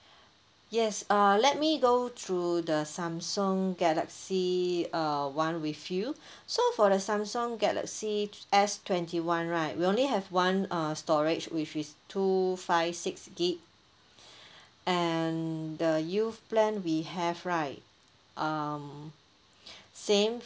yes uh let me go through the samsung galaxy err one with you so for the samsung galaxy S twenty one right we only have one uh storage which is two five six gig and the youth plan we have right um same